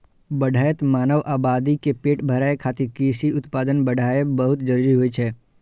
बढ़ैत मानव आबादी के पेट भरै खातिर कृषि उत्पादन बढ़ाएब बहुत जरूरी होइ छै